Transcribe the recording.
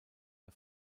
der